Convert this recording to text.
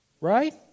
Right